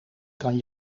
kan